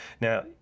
Now